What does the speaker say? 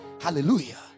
Hallelujah